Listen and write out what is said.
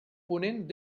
ponent